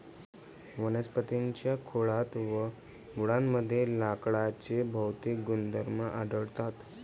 वनस्पतीं च्या खोडात व मुळांमध्ये लाकडाचे भौतिक गुणधर्म आढळतात